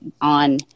on